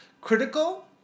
Critical